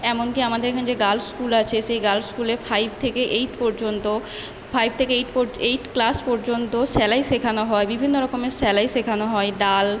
এমনকি আমাদের এখানে যে গার্লস স্কুল আছে সেই গার্লস স্কুলে ফাইভ থেকে এইট পর্যন্ত ফাইভ থেকে এইট পর্য এইট ক্লাস পর্যন্ত সেলাই শেখানো হয় বিভিন্ন রকমের সেলাই শেখানো হয় ডাল